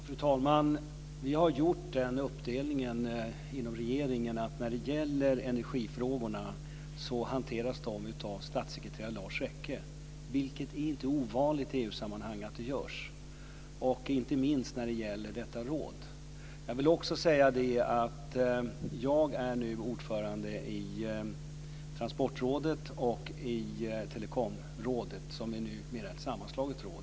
Fru talman! Vi har gjort den uppdelningen inom regeringen att energifrågorna hanteras av statssekreterare Lars Rekke. Det är inte ovanligt att man gör så i EU-sammanhang, inte minst när det gäller detta råd. Jag vill också säga att jag nu är ordförande i Transportrådet och i Telekområdet, som numera är ett sammanslaget råd.